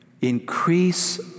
increase